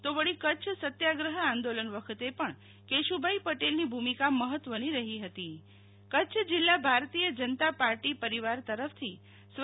તો વળી કચ્છ સત્યાગ્રહ આંદોલન વખતે પણ કેશુભાઈ પટેલની ભુમિકા મહત્વની રહી હતી કચ્છ જિલ્લા ભારતીય જનતા પાર્ટી પરિવાર તરફથી સ્વ